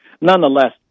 nonetheless